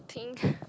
think